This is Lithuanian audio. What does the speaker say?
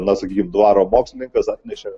na sakykim dvaro mokslininkas atnešė